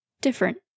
different